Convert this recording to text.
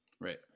Right